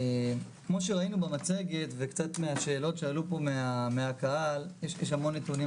כמו שראינו במצגת וקצת מהשאלות שעלו פה מהקהל יש המון נתונים,